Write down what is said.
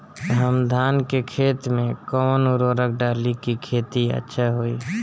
हम धान के खेत में कवन उर्वरक डाली कि खेती अच्छा होई?